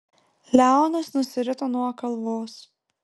leonas nusirito nuo kalvos